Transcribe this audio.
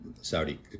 Saudi